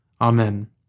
Amen